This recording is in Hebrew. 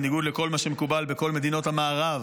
בניגוד למה שמקובל בכל מדינות המערב